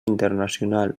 internacional